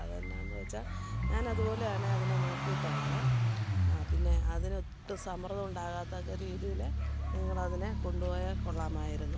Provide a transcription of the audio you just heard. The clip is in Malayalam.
അതെന്നാന്ന് വെച്ചാൽ ഞാൻ അതുപോലെയാണ് അതിനെ നോക്കിയിട്ടുള്ളത് പിന്നെ അതിനൊട്ടും സമ്മർദ്ധം ഉണ്ടാകാത്തക്ക രീതിയിൽ നിങ്ങളതിനെ കൊണ്ടു പോയാൽ കൊള്ളാമായിരുന്നു